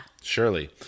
Surely